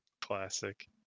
Classic